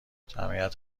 جمعیت